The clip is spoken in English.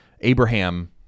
Abraham